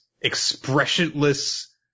expressionless